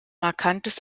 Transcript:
markantes